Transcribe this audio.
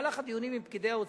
בדיונים עם פקידי האוצר,